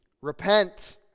Repent